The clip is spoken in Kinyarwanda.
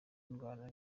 indwara